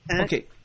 Okay